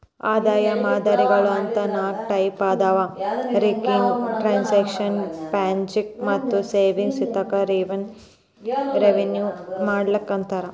ಆದಾಯ ಮಾದರಿಗಳು ಅಂತ ನಾಕ್ ಟೈಪ್ ಅದಾವ ರಿಕರಿಂಗ್ ಟ್ರಾಂಜೆಕ್ಷನ್ ಪ್ರಾಜೆಕ್ಟ್ ಮತ್ತ ಸರ್ವಿಸ್ ಇವಕ್ಕ ರೆವೆನ್ಯೂ ಮಾಡೆಲ್ ಅಂತಾರ